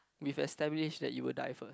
we've established that you will die first